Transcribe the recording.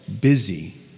busy